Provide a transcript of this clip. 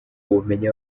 ubumenyi